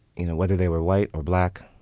you know, whether they were white or black,